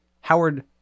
Howard